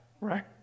Right